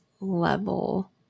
level